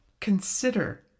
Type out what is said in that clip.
Consider